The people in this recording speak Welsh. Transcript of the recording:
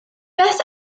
beth